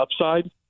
upside